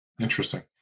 Interesting